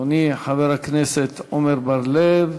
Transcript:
אדוני חבר הכנסת עמר בר-לב,